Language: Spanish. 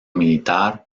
militar